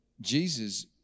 Jesus